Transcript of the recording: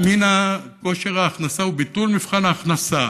מכושר ההכנסה וביטול מבחן ההכנסה,